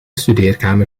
studeerkamer